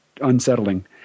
unsettling